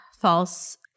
false